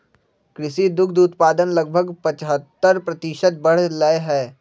कृषि दुग्ध उत्पादन लगभग पचहत्तर प्रतिशत बढ़ लय है